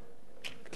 אני לא יודע איך.